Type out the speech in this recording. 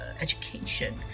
education